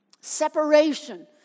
Separation